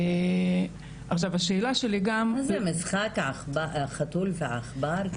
עכשיו השאלה שלי גם --- מה זה משחק חתול ועכבר?